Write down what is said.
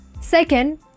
Second